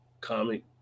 comic